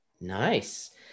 nice